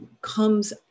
comes